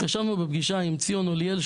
ישבנו בפגישה עם ציון אוליאל,